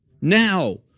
Now